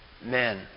Men